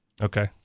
Okay